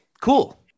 cool